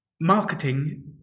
Marketing